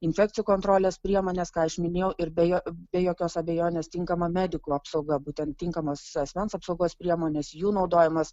infekcijų kontrolės priemonės ką aš minėjau ir beje be jokios abejonės tinkama medikų apsauga būtent tinkamos asmens apsaugos priemonės jų naudojimas